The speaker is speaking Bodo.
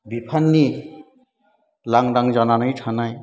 बिफाननि लांदां जानानै थानाय